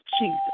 Jesus